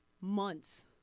months